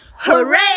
Hooray